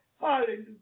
Hallelujah